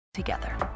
Together